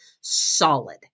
solid